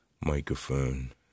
microphone